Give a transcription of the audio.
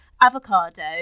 avocado